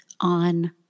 on